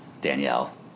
Danielle